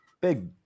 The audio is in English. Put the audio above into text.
big